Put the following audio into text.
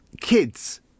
kids